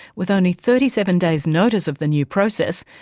with only thirty seven days' notice of the new process,